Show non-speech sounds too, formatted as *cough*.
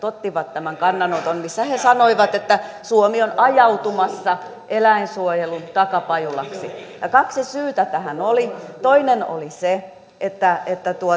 *unintelligible* ottivat tämän kannanoton missä he sanoivat että suomi on ajautumassa eläinsuojelun takapajulaksi ja kaksi syytä tähän oli toinen oli se että että